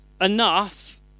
enough